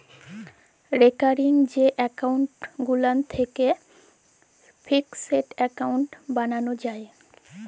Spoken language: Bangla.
রেকারিং যে এক্কাউল্ট গুলান থ্যাকে ফিকসেড এক্কাউল্ট বালালো যায়